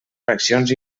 fraccions